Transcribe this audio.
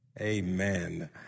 amen